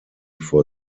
vor